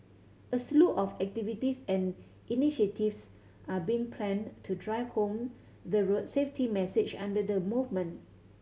a slew of activities and initiatives are being planned to drive home the road safety message under the movement